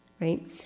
Right